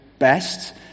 best